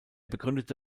begründete